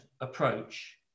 approach